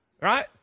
right